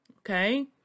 okay